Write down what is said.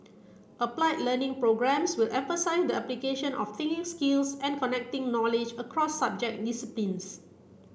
applied learning programmes will emphasise the application of thinking skills and connecting knowledge across subject disciplines